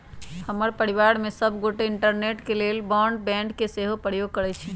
हमर परिवार में सभ गोटे इंटरनेट के लेल ब्रॉडबैंड के सेहो प्रयोग करइ छिन्ह